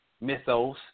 mythos